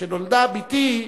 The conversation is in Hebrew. כשנולדה בתי,